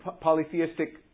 polytheistic